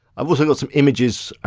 i've also got some images,